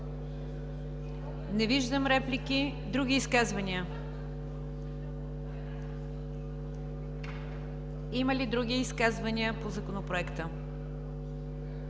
Не виждам реплики. Други изказвания? Има ли други изказвания по Законопроекта?